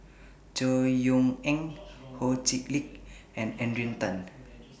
Chor Yeok Eng Ho Chee Lick and Adrian Tan